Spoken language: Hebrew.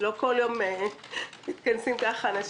לא בכל יום מתכנסים כך אנשים.